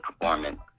performance